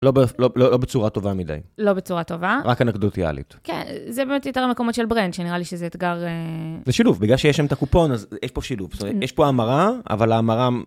לא בצורה טובה מדי. לא בצורה טובה? רק אנקדוטיאלית. כן, זה באמת יתר המקומות של ברנד, שנראה לי שזה אתגר... זה שילוב, בגלל שיש שם את הקופון, אז יש פה שילוב. יש פה המרה, אבל ההמרה...